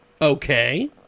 Okay